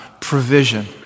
Provision